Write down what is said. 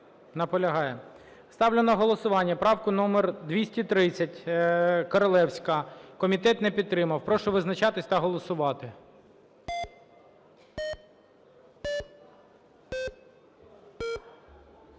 Ставлю на голосування правку номер 230, Королевська. Комітет не підтримав. Прошу визначатись та голосувати.